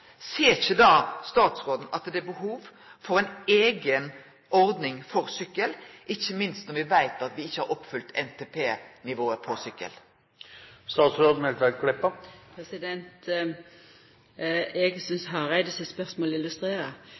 er behov for ei eiga ordning for sykkel, ikkje minst når me veit at me ikkje har oppfylt NTP-nivået for sykkel? Eg synest Hareide sitt spørsmål